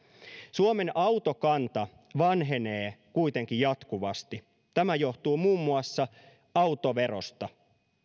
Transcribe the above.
suomen autokanta vanhenee kuitenkin jatkuvasti tämä johtuu muun muassa autoverosta